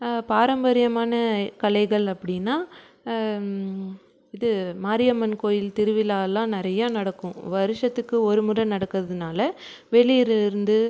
பாரம்பரியமான கலைகள் அப்படினால் இது மாரியம்மன் கோயில் திருவிழாவெலாம் நிறையா நடக்கும் வருஷத்துக்கு ஒரு முறை நடக்கிறதுனால வெளியருந்து